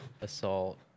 assault